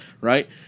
right